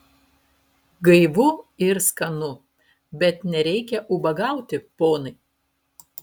gaivu ir skanu bet nereikia ubagauti ponai